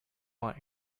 want